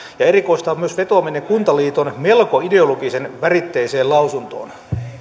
erikoista on myös vetoaminen kuntaliiton melko ideologisen väritteiseen lausuntoon